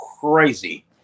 Crazy